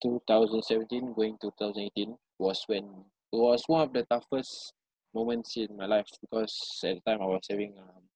two thousand seventeen going to two thousand eighteen was when it was one of the toughest moments in my life because at that time I was having um